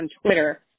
Twitter